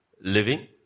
Living